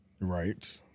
Right